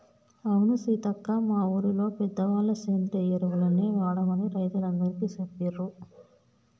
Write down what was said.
అవును సీతక్క మా ఊరిలో పెద్దవాళ్ళ సేంద్రియ ఎరువులనే వాడమని రైతులందికీ సెప్పిండ్రు